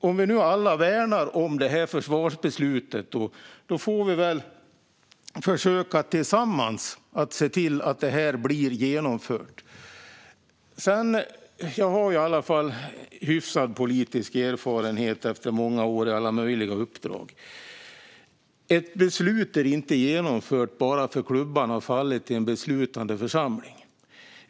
Om vi nu alla värnar om försvarsbeslutet får vi väl tillsammans försöka se till att det blir genomfört. Jag har i alla fall hyfsad politisk erfarenhet efter många år med alla möjliga uppdrag. Ett beslut är inte genomfört bara för att klubban har fallit i en beslutande församling.